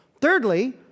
Thirdly